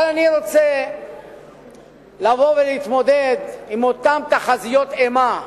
אבל אני רוצה לבוא ולהתמודד עם אותן תחזיות אימה.